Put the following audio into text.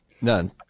None